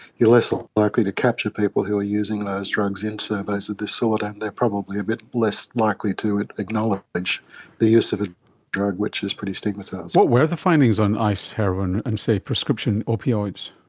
you're less like likely to capture people who are using those drugs in surveys of this sort and they are probably a bit less likely to acknowledge the use of a drug which is pretty stigmatised. what were the findings on ice, heroine and, say, prescription opioids?